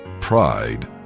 Pride